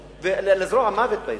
ולזרוע מוות באזור,